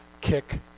kick